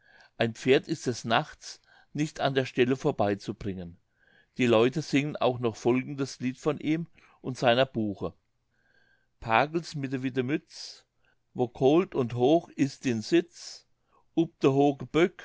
ein pferd ist des nachts nicht an der stelle vorbei zu bringen die leute singen auch noch folgendes lied von ihm und seiner buche pagels mit de witte mütz wo koold und hoch ist din sitz